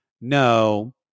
No